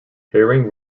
herring